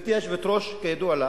וגברתי היושבת-ראש, כידוע לך,